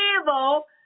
evil